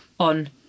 On